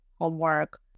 homework